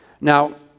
Now